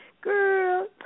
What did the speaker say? girl